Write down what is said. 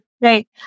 right